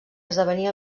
esdevenir